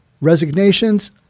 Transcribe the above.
Resignations